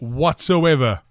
whatsoever